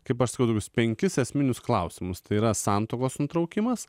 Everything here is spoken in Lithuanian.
kaip aš skaudulius penkis esminius klausimus tai yra santuokos nutraukimas